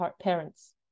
parents